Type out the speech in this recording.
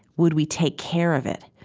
would we take care of it?